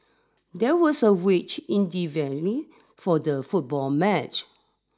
there was a witch in the venue for the football match